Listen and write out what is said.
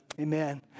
Amen